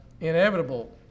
inevitable